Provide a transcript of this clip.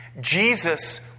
Jesus